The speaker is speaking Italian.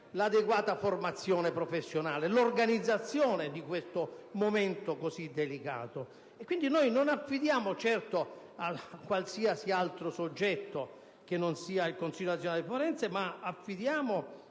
l'adeguata formazione professionale, l'organizzazione di questo momento così delicato. Pertanto, con la nostra proposta non affidiamo certo a qualsiasi altro soggetto che non sia il Consiglio nazionale forense, ma al Ministro